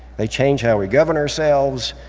they change how we govern ourselves,